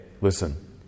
Listen